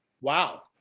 wow